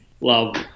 love